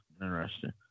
Interesting